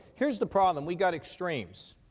here's the problem. we've got extremes.